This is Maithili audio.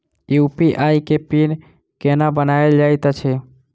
यु.पी.आई केँ पिन केना बनायल जाइत अछि